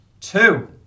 two